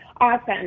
Awesome